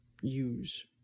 use